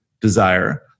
desire